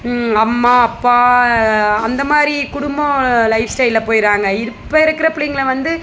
அம்மா அப்பா அந்தமாதிரி குடும்பம் லைஃப் ஸ்டைலில் போயிடுறாங்க இப்போ இருக்கிற பிள்ளைங்கள வந்து